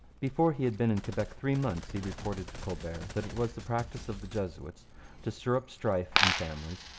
before he had been in quebec three months he reported to colbert that it was the practice of the jesuits to stir up strife in families,